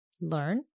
learn